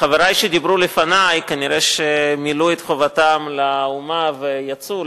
חברי שדיברו לפני כנראה מילאו את חובתם לאומה ויצאו,